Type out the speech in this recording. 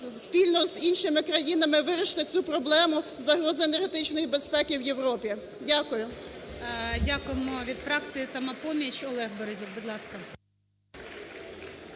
спільно із іншими країнами вирішити цю проблему – загрозу енергетичної безпеки в Європі. Дякую. ГОЛОВУЮЧИЙ. Дякуємо. Від фракції "Самопоміч" Олег Березюк, будь ласка.